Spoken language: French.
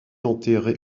enterrée